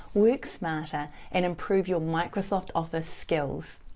work smarter and improve your microsoft office skills.